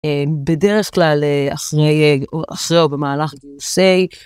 בדרך כלל אחרי, אחרי או במהלך גיוסי